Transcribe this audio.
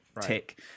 Tick